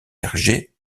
hergé